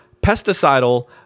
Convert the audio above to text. pesticidal